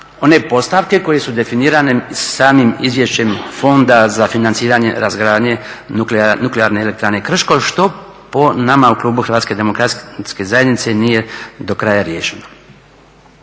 one postavke koje su definirane samim izvješćem fonda za financiranje razgradnje Nuklearne elektrane Krško što po nama u klubu HDZ-a nije do kraja riješeno.